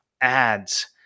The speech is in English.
ads